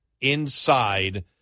inside